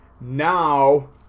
Now